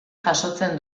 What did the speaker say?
jasotzen